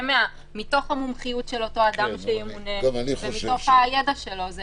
מתוך המומחיות של אותו אדם שימונה ומתוך הידע שלו.